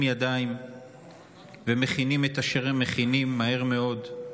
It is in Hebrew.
ידיים ומכינים את אשר הם מכינים מהר מאוד.